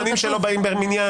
יש זמנים שלא באים במניין.